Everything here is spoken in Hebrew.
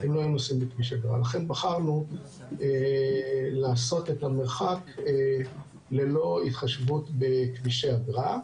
לכן בחרנו לעשות את המרחק ללא התחשבות בכבישי אגרה.